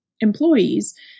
employees